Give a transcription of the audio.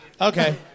Okay